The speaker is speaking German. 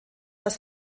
das